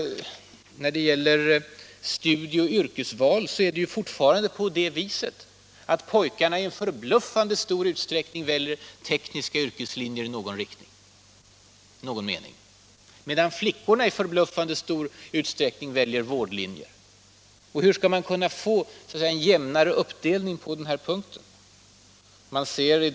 I fråga om studier och yrke väljer pojkarna fortfarande i förbluffande stor utsträckning tekniska linjer, medan flickorna i mycket stor utsträckning väljer vårdlinjer. Hur skall man få en jämnare uppdelning på denna punkt?